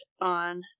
on